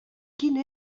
quina